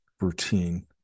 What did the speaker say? routine